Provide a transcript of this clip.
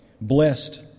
blessed